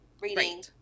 reading